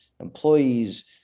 employees